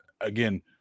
Again